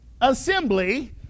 assembly